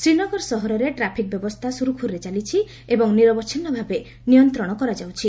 ଶ୍ରୀନଗର ସହରରେ ଟ୍ରାଫିକ୍ ବ୍ୟବସ୍ଥା ସୁରୁଖୁରୁରେ ଚାଲିଛି ଏବଂ ନିରବଚ୍ଛିନ୍ନଭାବେ ନିୟନ୍ତ୍ରଣ କରାଯାଉଛି